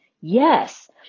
Yes